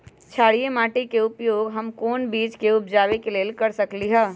क्षारिये माटी के उपयोग हम कोन बीज के उपजाबे के लेल कर सकली ह?